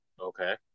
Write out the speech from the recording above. Okay